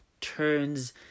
turns